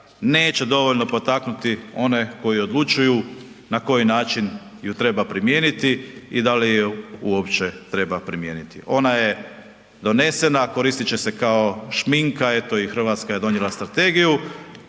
neće dovoljno potaknuti one koji odlučuju na koji način ju treba primijeniti i da li ju uopće treba primijeniti. Ona je donesena, koristit će se kao šminka eto i Hrvatska je donijela strategiju,